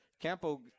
campo